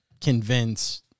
convince